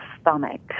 stomach